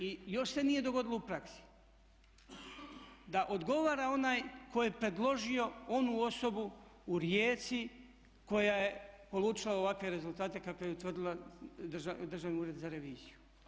I još se nije dogodilo u praksi da odgovara onaj tko je predložio onu osobu u Rijeci koja je polučila ovakve rezultate kakve je utvrdio Državni ured za reviziju.